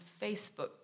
Facebook